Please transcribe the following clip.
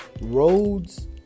roads